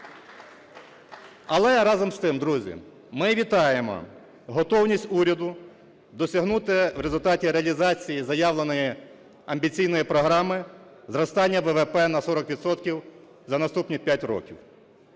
Але разом з тим, друзі, ми вітаємо готовність уряду досягнути в результаті реалізації заявленої амбіційної програми зростання ВВП на 40 відсотків за наступні 5 років.